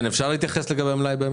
אפשר להתייחס למלאי.